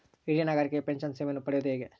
ಹಿರಿಯ ನಾಗರಿಕರಿಗೆ ಪೆನ್ಷನ್ ಸೇವೆಯನ್ನು ಪಡೆಯುವುದು ಹೇಗೆ?